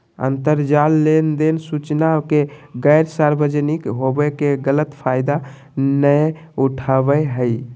अंतरजाल लेनदेन सूचना के गैर सार्वजनिक होबो के गलत फायदा नयय उठाबैय हइ